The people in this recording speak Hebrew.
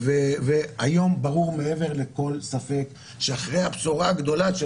והיום ברור מעבר לכל ספק שאחרי הבשורה הגדולה של